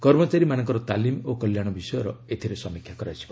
କର୍ମଚାରୀମାନଙ୍କର ତାଲିମ ଓ କଲ୍ୟାଣ ବିଷୟର ଏଥିରେ ସମୀକ୍ଷା କରାଯିବ